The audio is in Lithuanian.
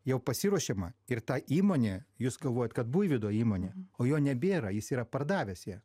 jau pasiruošiama ir ta įmonė jūs galvojat kad buivydo įmonė o jo nebėra jis yra pardavęs ją